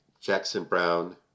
Jackson-Brown